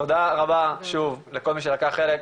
תודה רבה שוב לכל מי שלקח חלק,